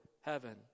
heaven